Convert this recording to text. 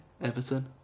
Everton